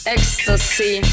Ecstasy